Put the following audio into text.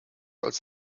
als